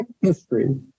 history